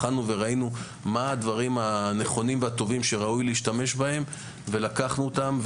בחנו וראינו מהם הדברים הנכונים והטובים שראוי להשתמש בהם ולקחנו אותם,